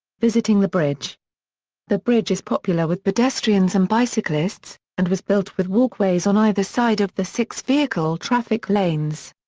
visiting the bridge the bridge is popular with pedestrians and bicyclists, and was built with walkways on either side of the six vehicle traffic lanes.